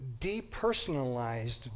Depersonalized